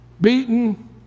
beaten